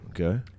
Okay